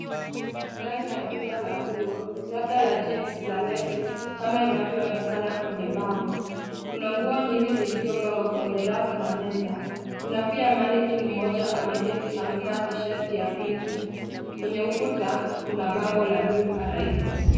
Ndani ya duka la nguo labda la jeans za levies kama inavyoonekana kwenye bango .Kuna nguo nyingi zilizopagwa kwenye rafu na meza. Kuna pia moneyquins mmoja ameketi amevaa tshati ya pink .